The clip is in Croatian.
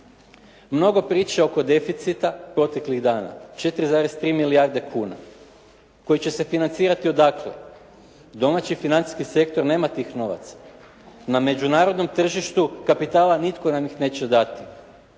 Mnogo priče oko deficita proteklih dana, 4,3 milijarde kuna koji će se financirati odakle. Domaći financijski sektor nema tih novaca. Na međunarodnom tržištu kapitala nitko nam ih neće dati.